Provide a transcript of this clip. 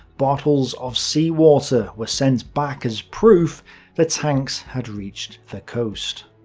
bottles of sea water were sent back as proof the tanks had reached the coast.